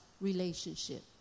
relationship